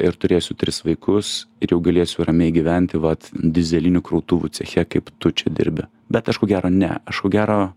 ir turėsiu tris vaikus ir jau galėsiu ramiai gyventi vat dyzelinių krautuvų ceche kaip tu čia dirbi bet aš ko gero ne aš ko gero